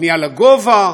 בנייה לגובה.